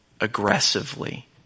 aggressively